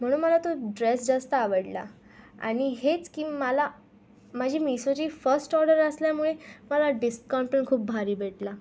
म्हणून मला तो ड्रेस जास्त आवडला आणि हेच की मला माजी मिसोची फस्ट ऑर्डर असल्यामुळे मला डिस्काउंटपण खूप भारी भेटला